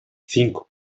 cinco